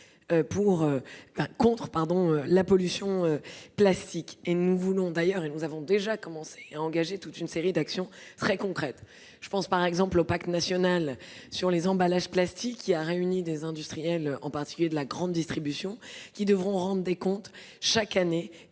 contre la pollution plastique. Nous avons d'ailleurs déjà commencé à engager toute une série d'actions très concrètes en ce sens. Je pense, par exemple, au pacte national sur les emballages plastiques, qui a réuni des industriels et des acteurs de la grande distribution, lesquels devront rendre des comptes chaque année.